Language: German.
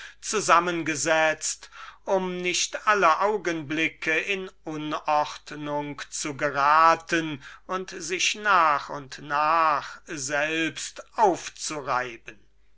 zusammengesetzt um nicht alle augenblicke in unordnung zu geraten und sich nach und nach selbst aufzureiben